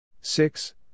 Six